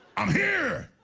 i'm here!